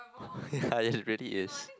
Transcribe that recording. ya it really is